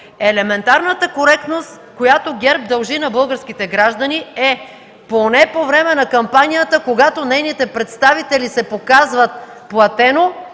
елементарната коректност, която ГЕРБ дължи на българските граждани, е поне по време на кампанията, когато нейните представители се показват платено,